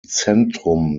zentrum